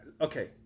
Okay